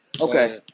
Okay